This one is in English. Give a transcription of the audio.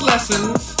lessons